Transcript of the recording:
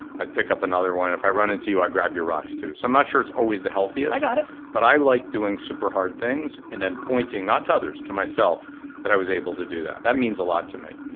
i pick up another one. if i run into you, i grab your rocks too. so i'm not sure it's always the healthiest. i got it. but i like doing super hard things and then pointing, not to others, to myself that i was able to do that, that means a lot to me.